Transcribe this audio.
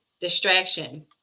Distraction